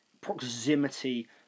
proximity